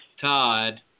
Todd